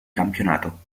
campionato